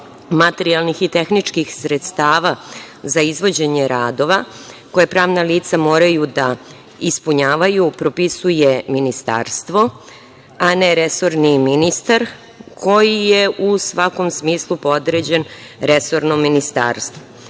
materijalnih i tehničkih sredstava za izvođenje radova koje pravna lica moraju da ispunjavaju propisuje Ministarstvo, a ne resorni ministar koji je u svakom smislu podređen resornom ministarstvu. Smatramo